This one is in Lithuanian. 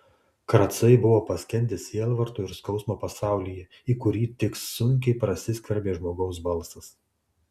kracai buvo paskendę sielvarto ir skausmo pasaulyje į kurį tik sunkiai prasiskverbė žmogaus balsas